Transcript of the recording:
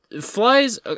flies